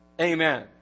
Amen